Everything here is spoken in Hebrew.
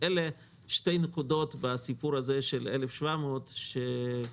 אלה שתי נקודות בסיפור הזה של 1,700 דירות.